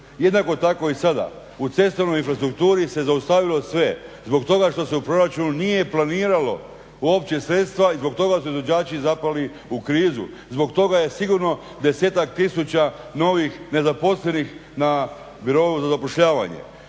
Jednako tako i sada u cestovnoj infrastrukturi se zaustavilo sve zbog toga što se u proračunu nije planiralo uopće sredstva i zbog toga su izvođači zapali u krizu, zbog toga je sigurno 10-ak tisuća novih nezaposlenih na Birou za zapošljavanje.